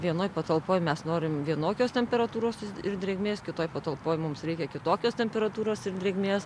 vienoj patalpoj mes norim vienokios temperatūros ir ir drėgmės kitoj patalpoj mums reikia kitokios temperatūros ir drėgmės